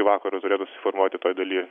į vakarą turėtų susiformuoti toj daly